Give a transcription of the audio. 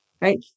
right